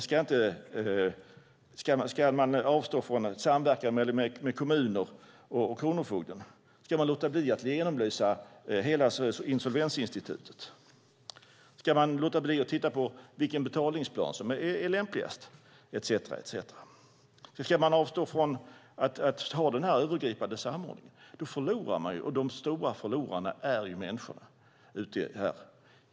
Ska vi avstå från att titta på samverkan mellan kommuner och Kronofogden? Ska vi låta bli att genomlysa hela insolvensinstitutet? Ska vi låta bli att titta på vilken betalningsplan som är lämpligast och så vidare? Ska vi avstå från den övergripande samordningen? De stora förlorarna då blir ju människorna.